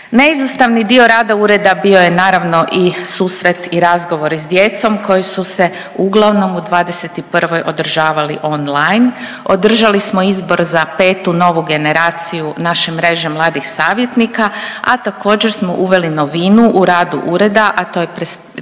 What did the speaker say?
Neizostavan rad ureda bio je naravno i susret i razgovori s djecom koji su se uglavnom u '21. održavalo on line. Održali smo izbor za petu novu generaciju naše mreže mladih savjetnika, a također smo uveli novinu u radu ureda, a to je osnivanje